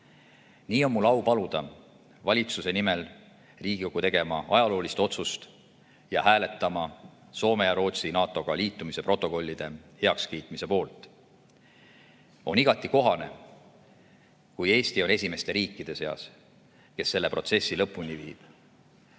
Nii on mul au paluda valitsuse nimel Riigikogu tegema ajaloolist otsust ning hääletama Soome ja Rootsi NATO-ga liitumise protokollide heakskiitmise poolt. On igati kohane, et Eesti on esimeste riikide seas, kes selle protsessi lõpuni viib.